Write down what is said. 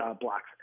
blocks